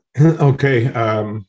Okay